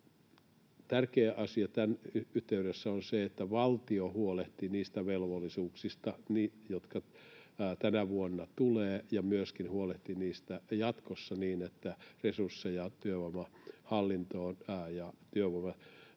Tärkeä asia tämän yhteydessä on se, että valtio huolehtii niistä velvollisuuksista, jotka tänä vuonna tulevat, ja huolehtii niistä myöskin jatkossa niin, että resursseja työvoimahallinnon ja työvoimapalveluiden